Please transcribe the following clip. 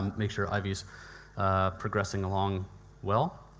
make sure ivy's progressing along well.